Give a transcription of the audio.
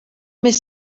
més